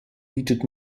bietet